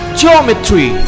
geometry